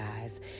guys